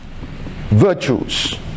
virtues